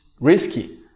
risky